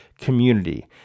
community